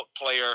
player